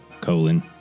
colon